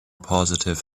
positive